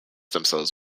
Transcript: themselves